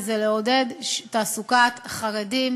לעודד תעסוקת חרדים,